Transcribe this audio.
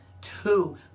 Two